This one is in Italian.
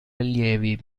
allievi